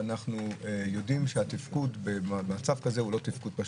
ואנחנו יודעים שהתפקוד במצב כזה הוא לא תפקוד פשוט.